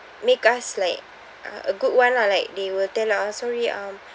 make us like a good [one] lah like they will tell us sorry um